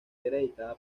editada